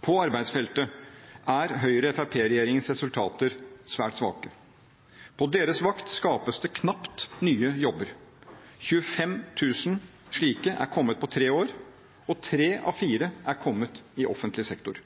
På arbeidsfeltet er Høyre–Fremskrittsparti-regjeringens resultater svært svake. På deres vakt skapes det knapt nye jobber – 25 000 er kommet på tre år, og tre av fire er kommet i offentlig sektor.